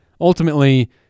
ultimately